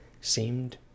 seemed